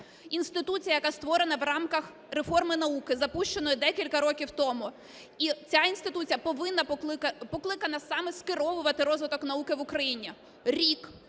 інституція, яка створена в рамках реформи науки, запущена декілька років тому, і ця інституція покликана саме скеровувати розвиток науки в Україні. Рік